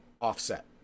offset